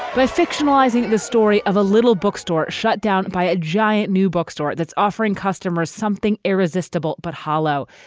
but fictionalizing the story of a little bookstore shut down by a giant new bookstore that's offering customers something irresistible but hollow.